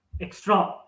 extra